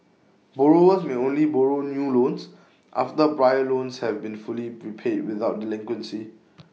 borrowers may only borrow new loans after prior loans have been fully repaid without delinquency